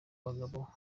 bagabo